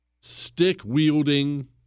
stick-wielding